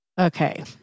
Okay